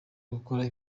gukora